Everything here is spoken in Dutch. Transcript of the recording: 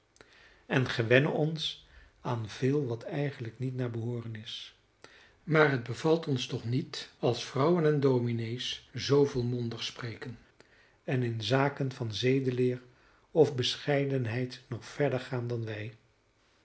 en gewennen ons aan veel wat eigenlijk niet naar behooren is maar het bevalt ons toch niet als vrouwen en dominees zoo volmondig spreken en in zaken van zedenleer of bescheidenheid nog verder gaan dan wij